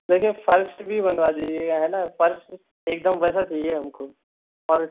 देखिए फ़र्श भी बनवा दीजिएगा है ना फ़र्श एकदम वैसा चाहिए हमको और